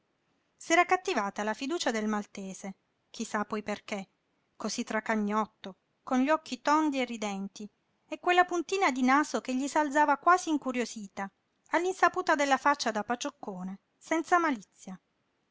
dormi s'era cattivata la fiducia del maltese chi sa poi perché cosí tracagnotto con gli occhi tondi e ridenti e quella puntina di naso che gli s'alzava quasi incuriosita all'insaputa della faccia da pacioccone senza malizia